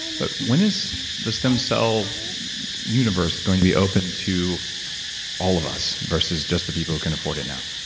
but when is the stem-cell universe going to be open to all of us versus just the people who can afford it now?